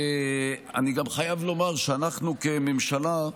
אני גם חייב לומר שאנחנו, כממשלה,